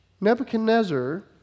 Nebuchadnezzar